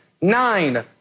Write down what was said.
nine